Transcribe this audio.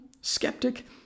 skeptic